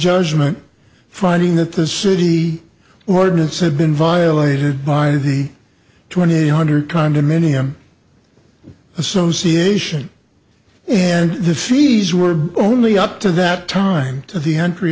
judgment finding that the city ordinance had been violated by the twenty one hundred condominium association and the fees were only up to that time to the entry